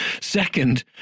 Second